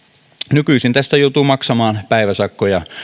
nykyisin tästä joutuu maksamaan päiväsakkoja